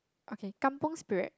okay Kampung Spirit